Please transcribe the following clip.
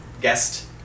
guest